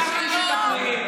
זה הזוי.